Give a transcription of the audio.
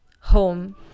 Home